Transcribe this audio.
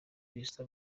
kristo